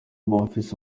bonfils